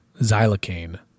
xylocaine